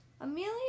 Amelia